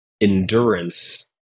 endurance